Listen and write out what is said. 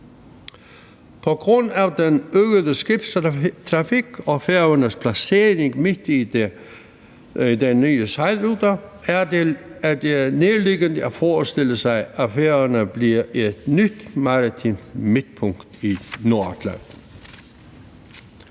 På grund af den øgede skibstrafik og Færøernes placering midt i den nye sejlrute, er det nærliggende at forestille sig, at Færøerne bliver et nyt maritimt midtpunkt i Nordatlanten.